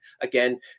Again